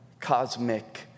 cosmic